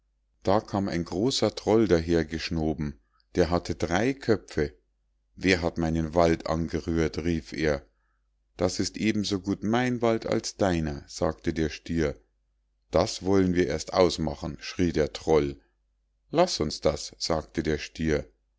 da kam ein großer troll dahergeschnoben der hatte drei köpfe wer hat meinen wald angerührt rief er das ist eben so gut mein wald als deiner sagte der stier das wollen wir erst ausmachen schrie der troll laß uns das sagte der stier